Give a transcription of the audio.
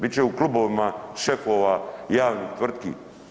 Bit će u klubovima šefova javnih tvrtki.